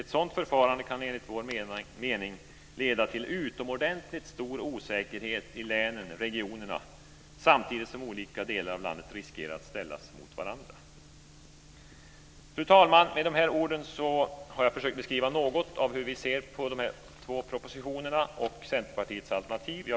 Ett sådant förfarande kan enligt vår mening leda till utomordentligt stor osäkerhet i länen och regionerna, samtidigt som olika delar av landet riskerar att ställas mot varandra. Fru talman! Med dessa ord har jag försökt beskriva något hur vi ser på de här två propositionerna och Centerpartiets alternativ.